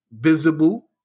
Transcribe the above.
visible